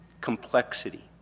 complexity